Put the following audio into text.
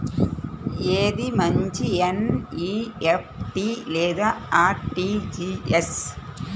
ఏది మంచి ఎన్.ఈ.ఎఫ్.టీ లేదా అర్.టీ.జీ.ఎస్?